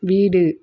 வீடு